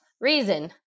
reason